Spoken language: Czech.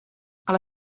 ale